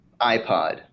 iPod